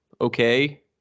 okay